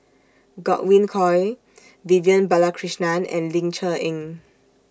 Godwin Koay Vivian Balakrishnan and Ling Cher Eng